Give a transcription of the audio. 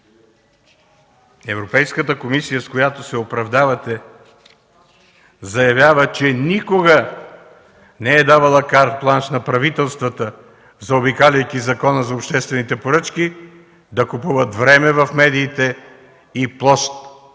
Европейската комисия, с която се оправдавате, заявява, че никога не е давала картбланш на правителствата, заобикаляйки Закона за обществените поръчки, да купуват време в медиите и площ в печатните